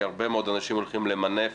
כי הרבה מאוד אנשים הולכים למנף